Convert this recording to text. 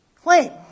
claim